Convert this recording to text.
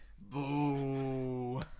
Boo